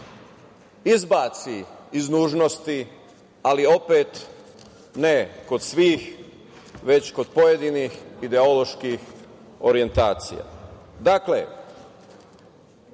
izbaci iz nužnosti, ali opet ne kod svih, već kod pojedinih ideoloških orijentacija. Dakle,